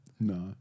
No